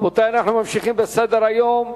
רבותי, אנחנו ממשיכים בסדר-היום: